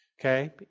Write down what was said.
okay